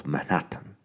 Manhattan